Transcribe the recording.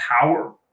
power